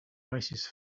oasis